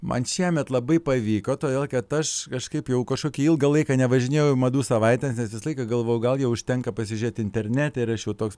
man šiemet labai pavyko todėl kad aš kažkaip jau kažkokį ilgą laiką nevažinėjau į madų savaitę laiką galvojau gal jau užtenka pasižiūrėt internete ir aš jau toks